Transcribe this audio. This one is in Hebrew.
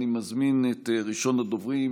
אני מזמין את ראשון הדוברים,